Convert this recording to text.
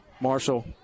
Marshall